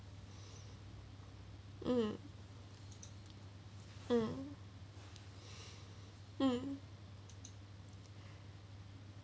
mm mm mm